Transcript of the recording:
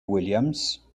williams